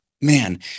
man